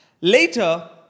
Later